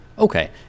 Okay